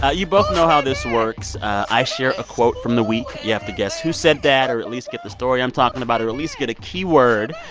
ah you both know how this works. i share a quote from the week. you have to guess who said that or at least get the story i'm talking about or at least get a keyword.